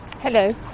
Hello